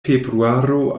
februaro